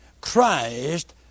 Christ